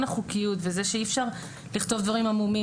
החוקיות וזה שאי אפשר לכתוב דברים עמומים,